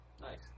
Nice